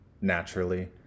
naturally